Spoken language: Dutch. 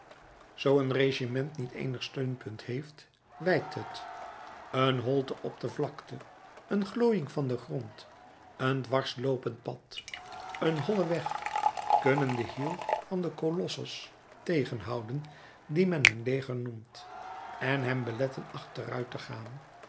zoo een regiment niet eenig steunpunt heeft wijkt het een holte op de vlakte een glooiing van den grond een dwarsloopend pad een holleweg kunnen den hiel van den kolossus tegenhouden dien men een leger noemt en hem beletten achteruit te gaan